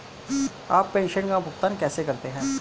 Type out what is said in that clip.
आप प्रेषण का भुगतान कैसे करते हैं?